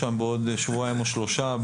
בעוד שבועיים או שלושה אני הולך לבקר שם,